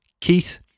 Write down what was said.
Keith